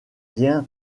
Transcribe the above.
rien